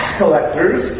collectors